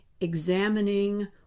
examining